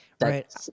right